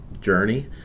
journey